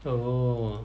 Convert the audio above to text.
so